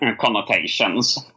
connotations